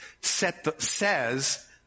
says